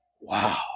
Wow